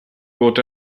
good